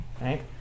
right